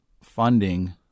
funding